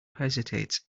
hesitates